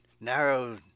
narrow